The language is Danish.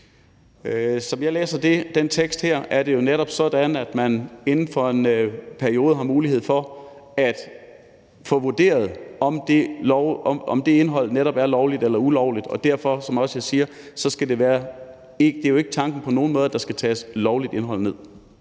Som jeg læser den tekst her, er det jo netop sådan, at man inden for en periode har mulighed for at få vurderet, om det indhold netop er lovligt eller ulovligt, og derfor, som jeg også siger, er det jo ikke tanken på nogen måde, at der skal tages lovligt indhold ned.